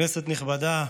כנסת נכבדה,